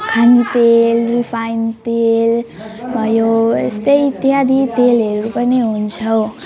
खान तेल रिफाइन तेल भयो यस्तै त्यहाँदेखि तेलहरू पनि हुन्छ